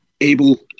able